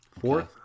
Fourth